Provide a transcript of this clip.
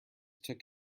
took